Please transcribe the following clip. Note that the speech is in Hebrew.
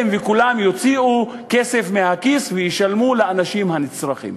וכולם יוציאו כסף מהכיס וישלמו לאנשים הנצרכים.